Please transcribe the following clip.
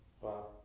Wow